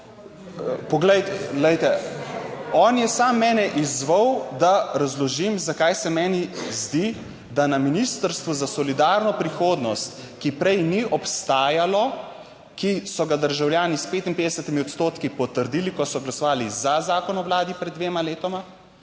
glejte on je sam mene izzval, da razložim, zakaj se meni zdi, da na Ministrstvu za solidarno prihodnost, ki prej ni obstajalo, ki so ga državljani s 55 odstotki potrdili, ko so glasovali za zakon o vladi pred dvema letoma.